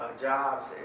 jobs